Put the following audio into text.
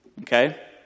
Okay